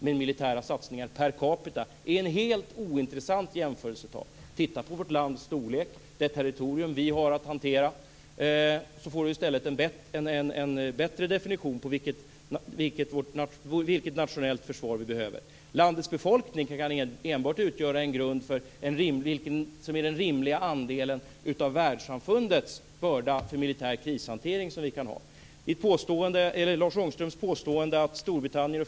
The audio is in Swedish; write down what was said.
Men militära satsningar per capita är ett helt ointressant jämförelsetal. Om man tittar på vårt lands storlek och det territorium som vi har att hantera får man en bättre definition på vilket nationellt försvar vi behöver. Landets befolkning kan enbart utgöra en grund för vad som är en rimlig andel av världssamfundets börda när det gäller militär krishantering.